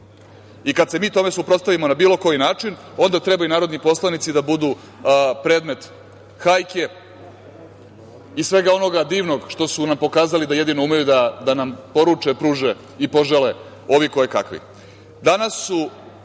Kada se mi tome suprotstavimo na bilo koji način onda treba i narodni poslanici da budu predmet hajke i svega onoga divnog što su nam pokazali da jedino umeju da nam poruče, pruže i požele ovi kojekakvi. Danas